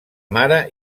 mare